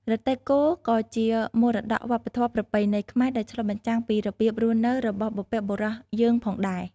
រទេះគោក៏ជា មរតកវប្បធម៌ប្រពៃណីខ្មែរ ដែលឆ្លុះបញ្ចាំងពីរបៀបរស់នៅរបស់បុព្វបុរសយើងផងដែរ ។